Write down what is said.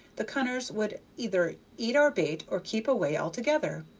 the cunners would either eat our bait or keep away altogether.